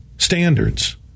Standards